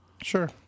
Sure